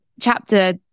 chapter